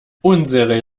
unsere